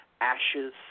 ashes